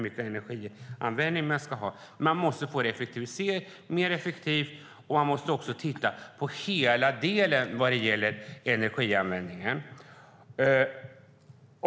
Men man måste få det mer effektivt, och man måste också titta på helheten när det gäller energianvändningen.